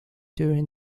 during